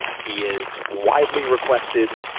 he is widely requested,